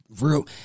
real